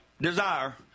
desire